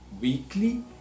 weekly